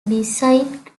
besieged